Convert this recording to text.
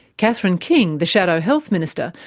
catherine king, the shadow health minister,